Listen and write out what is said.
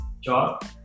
job